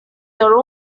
your